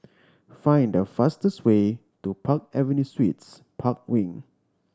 find the fastest way to Park Avenue Suites Park Wing